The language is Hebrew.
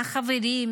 מהחברים,